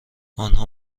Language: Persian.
آنها